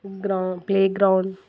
గ్రౌం play ground